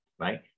right